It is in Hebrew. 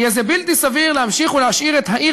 יהיה זה בלתי סביר להמשיך ולהשאיר את העיר